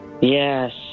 Yes